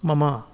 मम